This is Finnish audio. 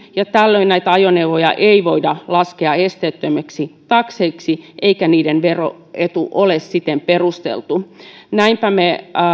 ja tällöin näitä ajoneuvoja ei voida laskea esteettömiksi takseiksi eikä niiden veroetu ole siten perusteltu näinpä me